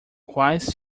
quais